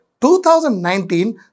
2019